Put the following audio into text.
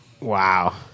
Wow